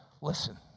listen